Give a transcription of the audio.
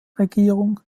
regierung